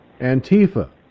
Antifa